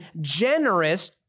generous